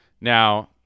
Now